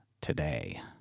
today